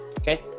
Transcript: okay